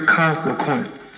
consequence